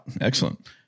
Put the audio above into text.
Excellent